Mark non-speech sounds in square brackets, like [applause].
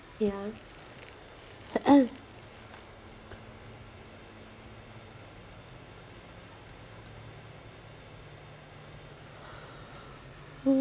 yeah [noise] [noise]